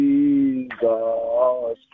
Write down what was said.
Jesus